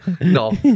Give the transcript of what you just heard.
No